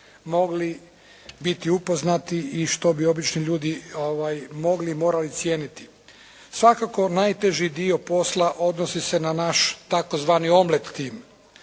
mogli biti upoznati i što bi obični ljudi mogli i morali cijeniti. Svakako najteži dio posla odnosi se na naš tzv. "omlet tim"